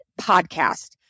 podcast